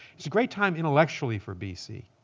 it's a great time intellectually for bc.